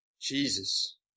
Jesus